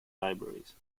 libraries